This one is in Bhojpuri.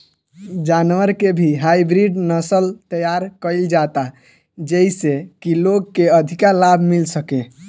जानवर के भी हाईब्रिड नसल तैयार कईल जाता जेइसे की लोग के अधिका लाभ मिल सके